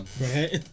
Right